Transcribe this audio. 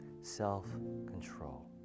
self-control